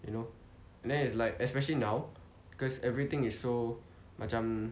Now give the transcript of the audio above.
you know then it's like especially now because everything is so macam